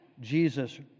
Jesus